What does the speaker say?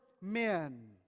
men